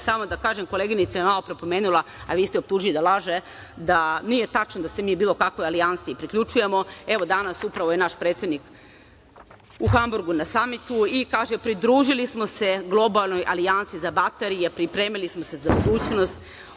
samo da kažem, koleginica je malopre pomenula, a vi ste je optužili da laže, da nije tačno da se mi bilo kakvoj alijansi priključujemo. Evo, danas upravo je naš predsednik u Hamburgu na samitu i kaže – pridružili smo se Globalnoj alijansi za baterije, pripremili smo se za budućnost.